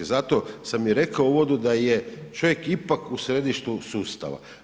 Zato sam i rekao u uvodu da je čovjek ipak u središtu sustava.